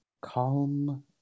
calm